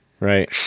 Right